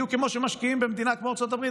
בדיוק כמו שמשקיעים במדינה כמו ארצות הברית.